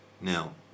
Now